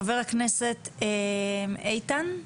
חבר הכנסת איתן גינזבורג,